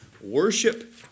Worship